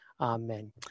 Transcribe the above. Amen